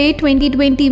2020